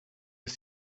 ist